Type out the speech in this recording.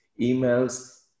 emails